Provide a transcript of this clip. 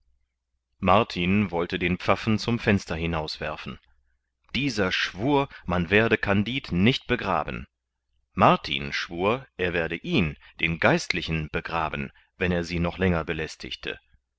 martin wollte den pfaffen zum fenster hinaus werfen dieser schwur man werde kandid nicht begraben martin schwur er werde ihn den geistlichen begraben wenn er sie noch länger belästigte